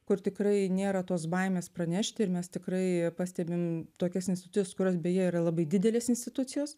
kur tikrai nėra tos baimės pranešti ir mes tikrai pastebim tokias institucijas kurios beje yra labai didelės institucijos